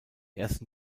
ersten